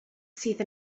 sydd